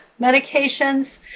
medications